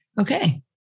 okay